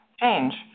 change